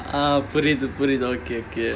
ah புரிது புரிது:purithu purithu okay okay